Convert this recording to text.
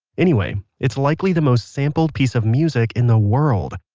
anyway, it's likely the most sampled piece of music in the world.